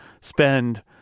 spend